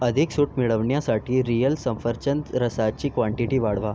अधिक सूट मिळविण्यासाठी रिअल सफरचंद रसाची क्वांटीटी वाढवा